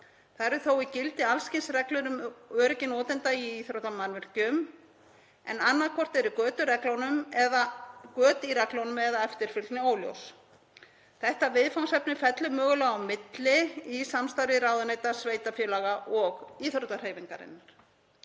Það eru þó í gildi alls kyns reglur um öryggi notenda í íþróttamannvirkjum en annaðhvort eru göt í reglunum eða eftirfylgni óljós. Þetta viðfangsefni fellur mögulega á milli í samstarfi ráðuneyta, sveitarfélaga og íþróttahreyfingarinnar.